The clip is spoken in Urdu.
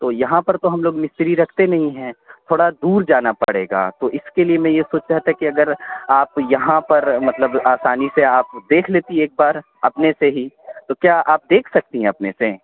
تو یہاں پر تو ہم لوگ مستری رکھتے نہیں ہیں تھوڑا دور جانا پڑے گا تو اس کے لیے میں یہ سوچ رہا تھا کہ اگر آپ یہاں پر مطلب آسانی سے آپ دیکھ لیتی ایک بار اپنے سے ہی تو کیا آپ دیکھ سکتی ہیں اپنے سے